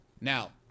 now